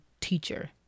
teacher